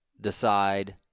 Decide